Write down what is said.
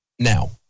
Now